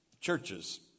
churches